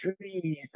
trees